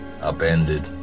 Upended